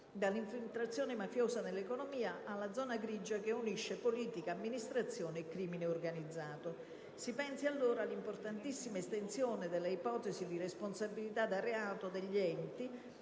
dall'infiltrazione mafiosa nell'economia alla zona grigia che unisce politica, amministrazione e crimine organizzato. Si pensi, allora, all'importantissima estensione dell'ipotesi di responsabilità da reato degli enti